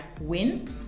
WIN